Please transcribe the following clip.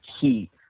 key